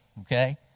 okay